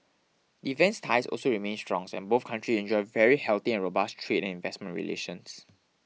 defence ties also remain strong and both country enjoy very healthy and robust trade and investment relations